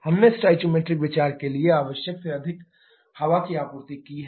हमने स्टोइकोमीट्रिक विचार के लिए आवश्यक से अधिक हवा की आपूर्ति की है